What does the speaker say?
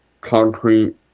concrete